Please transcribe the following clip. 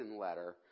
letter